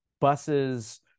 buses